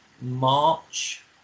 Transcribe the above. March